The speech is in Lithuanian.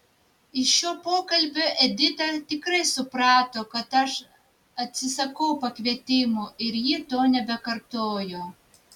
iš šio pokalbio edita tikrai suprato kad aš atsisakau pakvietimo ir ji to nebekartojo